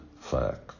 fact